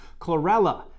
Chlorella